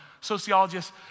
Sociologists